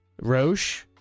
Roche